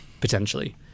Potentially